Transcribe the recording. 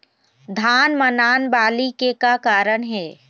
धान म नान बाली के का कारण हे?